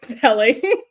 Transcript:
telling